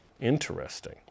Interesting